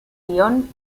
guion